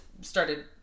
started